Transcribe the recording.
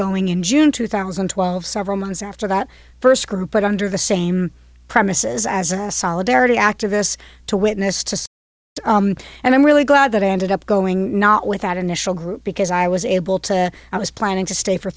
going in june two thousand and twelve several months after that first group but under the same premises as a solidarity activists to witness to and i'm really glad that i ended up going not with that initial group because i was able to i was planning to stay for